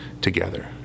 together